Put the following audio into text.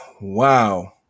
wow